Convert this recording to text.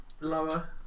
Lower